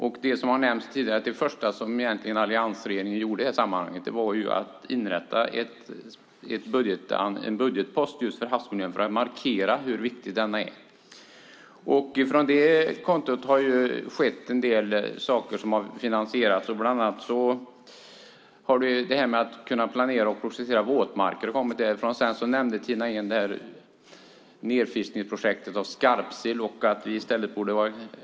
Det har tidigare nämnts att det första som alliansregeringen gjorde i det här sammanhanget var att inrätta en budgetpost just för havsmiljön för att markera hur viktig den är. Från det kontot har det finansierats en del saker. Bland annat har detta med att kunna planera och projektera våtmarker kommit därifrån. Sedan nämnde Tina Ehn projektet med utfiskning av skarpsill.